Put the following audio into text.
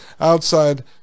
outside